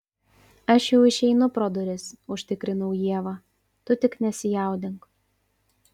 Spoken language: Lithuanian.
aš jau išeinu pro duris užtikrinau ievą tu tik nesijaudink